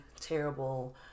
terrible